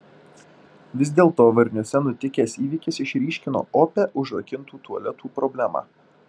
vis dėlto varniuose nutikęs įvykis išryškino opią užrakintų tualetų problemą